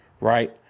Right